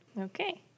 Okay